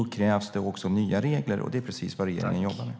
Då krävs det också nya regler, och det är precis det som regeringen jobbar med.